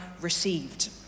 received